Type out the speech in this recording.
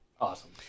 Awesome